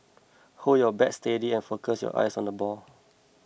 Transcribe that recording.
hold your bat steady and focus your eyes on the ball